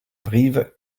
brive